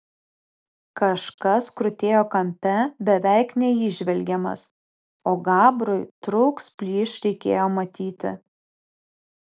kažkas krutėjo kampe beveik neįžvelgiamas o gabrui truks plyš reikėjo matyti